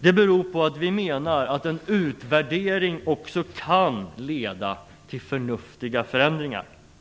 Det beror på att vi menar att en utvärdering också kan leda till förnuftiga förändringar.